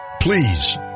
please